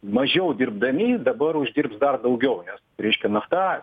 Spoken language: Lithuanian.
mažiau dirbdami dabar uždirbs dar daugiau nes reiškia nafta